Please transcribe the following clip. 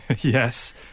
Yes